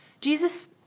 Jesus